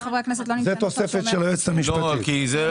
זו תוספת של היועצת המשפטית.